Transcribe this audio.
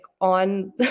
on